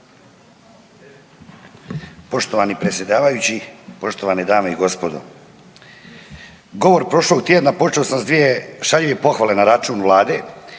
Poštovani predsjedavajući, poštovane dame i gospodo. Govor prošlog tjedna počeo sam s dvije šaljive pohvale na račun Vlade,